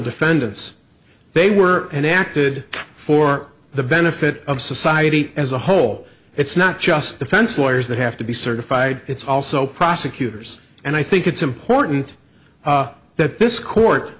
defendants they were and acted for the benefit of society as a whole it's not just defense lawyers that have to be certified it's also prosecutors and i think it's important that this court